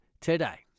today